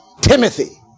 Timothy